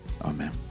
amen